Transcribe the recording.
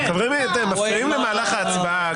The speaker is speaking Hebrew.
--- אתם מפריעים למהלך ההצבעה.